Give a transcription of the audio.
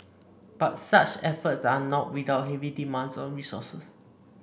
but such efforts are not without heavy demands on resources